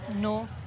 No